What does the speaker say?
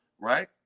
right